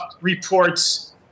reports